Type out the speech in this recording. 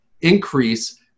increase